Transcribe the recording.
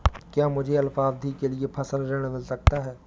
क्या मुझे अल्पावधि के लिए फसल ऋण मिल सकता है?